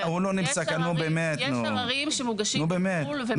יש עררים שמוגשים בחוץ לארץ.